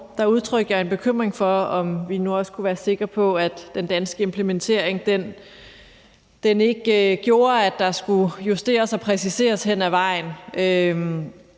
lov, udtrykte jeg en bekymring for, om vi nu også kunne være sikre på, at den danske implementering ikke gjorde, at der skulle justeres og præciseres hen ad vejen,